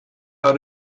how